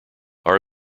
are